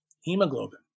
hemoglobin